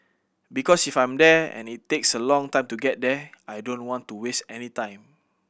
because if I'm there and it takes a long time to get there I don't want to waste any time